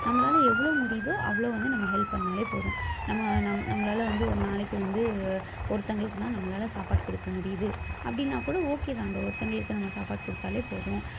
நம்மளால் எவ்வளோ முடியுதோ அவ்வளோ வந்து நம்ம ஹெல்ப் பண்ணிணாலே போதும் நம்ம நம் நம்மளால் வந்து ஒரு நாளைக்கு வந்து ஒருத்தவர்களுக்கு தான் நம்மளால் சாப்பாடு கொடுக்க முடியிது அப்படின்னா கூட ஓகே தான் அந்த ஒருத்தர்களுக்கு நம்ம சாப்பாடு கொடுத்தாலே போதும்